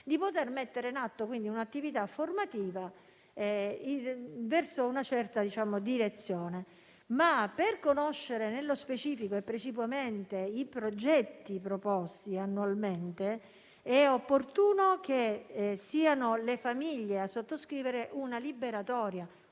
di poter mettere in atto un'attività formativa verso una certa direzione. Tuttavia, per conoscere nello specifico e precipuamente i progetti proposti annualmente, è opportuno che le famiglie sottoscrivano una liberatoria